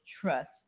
trust